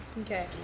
Okay